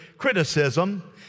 Criticism